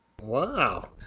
Wow